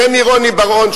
ומרוני בר-און,